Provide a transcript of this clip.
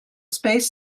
space